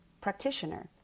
practitioner